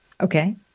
Okay